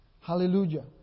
Hallelujah